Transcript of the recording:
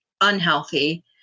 unhealthy